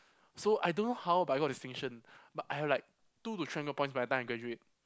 so I don't know how but I got distinction but I have like two to three hundred points by the time I graduate